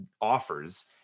offers